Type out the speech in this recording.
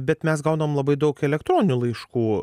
bet mes gaunam labai daug elektroninių laiškų